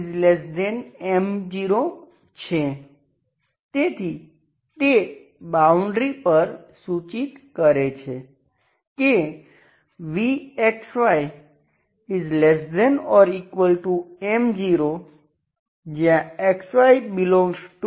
તેથી તે બાઉન્ડ્રી પર સૂચિત કરે છે કે vxyM0 ∈B છે